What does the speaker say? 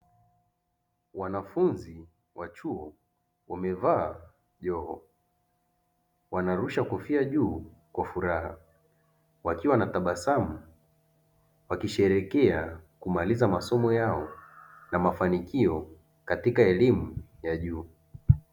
Wanafunzi wa chuo wamevaa joho, wanarusha kofia juu kwa furaha wakiwa na tabasamu wakisherehekea kumaliza masomo yao na mafanikio katika elimu ya juu.